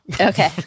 Okay